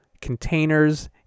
containers